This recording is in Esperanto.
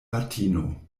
latino